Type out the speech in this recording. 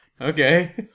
okay